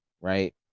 right